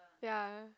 ya